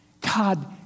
god